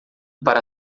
para